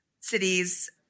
cities